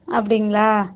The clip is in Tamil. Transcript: அப்படிங்களா